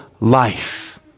life